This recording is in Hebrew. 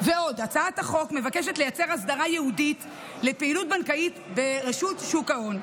הצעת החוק מבקשת לייצר אסדרה ייעודית לפעילות בנקאית ברשות שוק ההון,